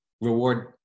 reward